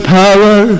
power